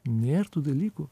nėr tų dalykų